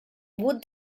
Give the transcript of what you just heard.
would